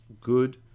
good